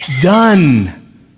done